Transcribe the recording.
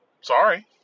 Sorry